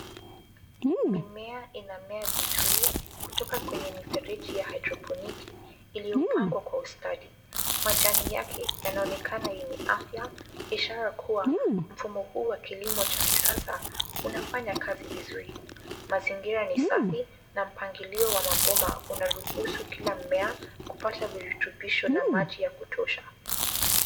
Mimea inamea vizuri kutoka kwenye mifereji ya haidroponiki iliyopangwa kwa ustadi. Majani yake yanaonekana yenye afya, ishara kuwa mfumo huu wa kilimo cha kisasa unafanya kazi vizuri. Mazingira ni safi na mpangilio wa mabomba unaruhusu kila mmea kupata virutubisho na maji ya kutosha.